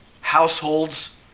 households